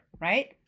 right